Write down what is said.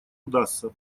удастся